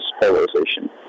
polarization